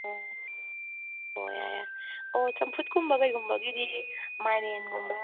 ꯑꯣ ꯑꯣ ꯌꯥꯏ ꯌꯥꯏ ꯑꯣ ꯆꯝꯐꯨꯠꯀꯨꯝꯕ ꯀꯩꯒꯨꯝꯕꯒꯤꯗꯤ ꯃꯥꯏꯔꯦꯟꯒꯨꯝꯕ